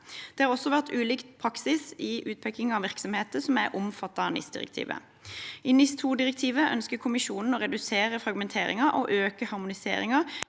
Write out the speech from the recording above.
Det har også vært ulik praksis i utpekingen av virksomheter som er omfattet av NIS-direktivet. I NIS2-direktivet ønsker Kommisjonen å redusere fragmenteringen og øke harmoniseringen